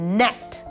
net